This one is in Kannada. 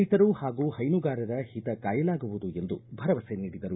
ರೈತರು ಪಾಗೂ ಪೈನುಗಾರರ ಓತಕಾಯಲಾಗುವುದು ಎಂದು ಭರವಸೆ ನೀಡಿದರು